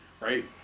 right